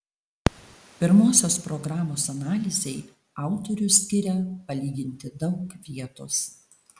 pirmosios programos analizei autorius skiria palyginti daug vietos